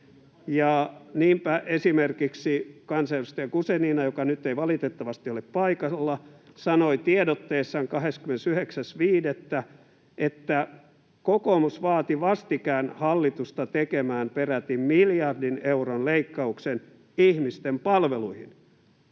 Niinpä esimerkiksi kansanedustaja Guzenina, joka nyt ei valitettavasti ole paikalla, sanoi tiedotteessaan 29.5., että kokoomus vaati vastikään hallitusta tekemään peräti miljardin euron leikkauksen ihmisten palveluihin.